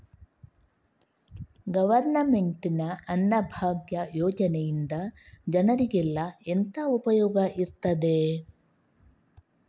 Government ನ ಅನ್ನಭಾಗ್ಯ ಯೋಜನೆಯಿಂದ ಜನರಿಗೆಲ್ಲ ಎಂತ ಉಪಯೋಗ ಇರ್ತದೆ?